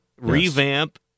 revamp